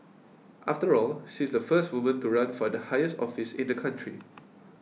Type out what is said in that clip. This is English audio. after all she's the first woman to run for the highest office in the country